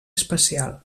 especial